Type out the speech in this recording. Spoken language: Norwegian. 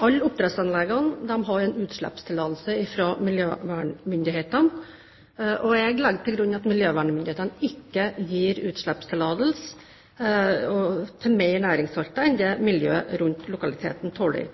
Alle oppdrettsanleggene må ha en utslippstillatelse fra miljøvernmyndighetene, og jeg legger til grunn av miljøvernmyndighetene ikke gir utslippstillatelse til mer næringssalter enn det miljøet rundt lokaliteten tåler.